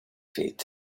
feet